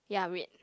yeah red